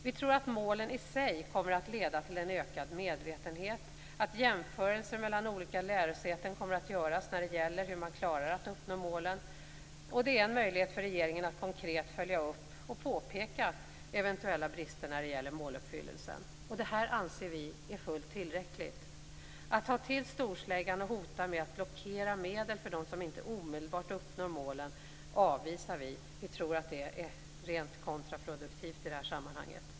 Vi tror att målen i sig kommer att leda till en ökad medvetenhet, att jämförelser mellan olika lärosäten kommer att göras när det gäller hur man klarar att uppnå målen. Det är en möjlighet för regeringen att konkret följa upp och påpeka eventuella brister när det gäller måluppfyllelsen. Detta anser vi är fullt tillräckligt. Att ta till storsläggan och hota med att blockera medel för dem som inte omedelbart uppnår målen avvisar vi. Vi tror att det är rent kontraproduktivt i det här sammanhanget.